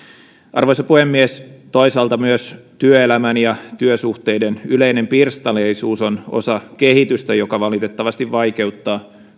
arvoisa puhemies toisaalta myös työelämän ja työsuhteiden yleinen pirstaleisuus on osa kehitystä joka valitettavasti vaikeuttaa